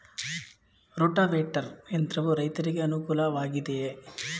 Rotavator ಯಂತ್ರವು ರೈತರಿಗೆ ಅನುಕೂಲ ವಾಗಿದೆಯೇ?